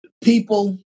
people